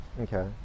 Okay